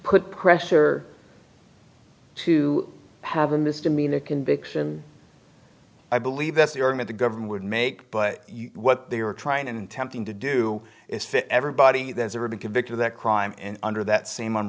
put pressure to have a misdemeanor conviction i believe that's the army the government would make but what they are trying and tempting to do is fit everybody that has ever been convicted of that crime and under that same